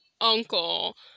uncle